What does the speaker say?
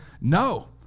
no